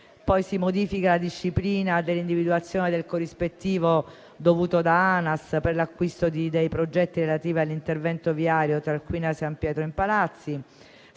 Poi si modifica la disciplina dell'individuazione del corrispettivo dovuto da ANAS per l'acquisto dei progetti relativi all'intervento viario Tarquinia-San Pietro in Palazzi,